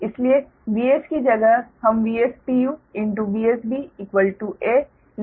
इसीलिए Vs की जगह हम VspuVsBa लिख रहे हैं